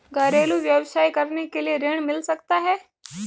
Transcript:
घरेलू व्यवसाय करने के लिए ऋण मिल सकता है?